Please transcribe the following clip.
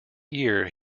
year